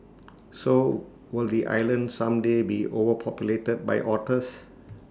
so will the island someday be overpopulated by otters